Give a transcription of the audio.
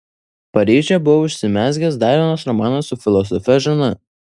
paryžiuje buvo užsimezgęs dar vienas romanas su filosofe žana